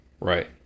Right